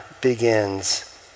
begins